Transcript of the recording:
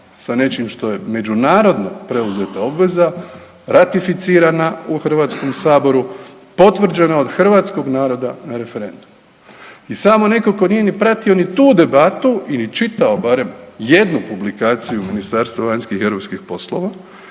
sa nečim što je međunarodno preuzeta obveza ratificirana u Hrvatskom saboru, potvrđena od hrvatskog naroda na referendumu. I samo netko tko nije pratio ni tu debatu ili čitao barem jednu publikaciju Ministarstva vanjskih i europskih poslova